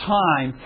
time